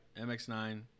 MX9